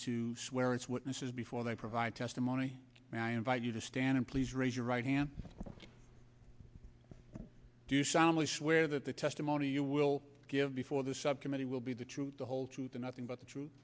to swear it's what mrs before i provide testimony i invite you to stand in please raise your right hand do soundly swear that the testimony you will give before the subcommittee will be the truth the whole truth and nothing but the truth